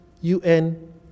UN